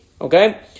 Okay